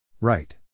Right